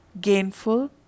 gainful